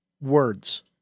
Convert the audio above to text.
Words